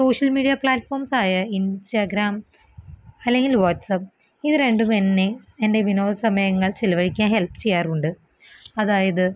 social media പ്ലാറ്റ്ഫോംസ്സായ Instagram അല്ലെങ്കിൽ WhatsApp ഇത് രണ്ടും എന്നെ എൻ്റെ വിനോദ സമയങ്ങൾ ചിലവഴിക്കാൻ ഹെൽപ്പ് ചെയ്യാറുണ്ട് അതായത്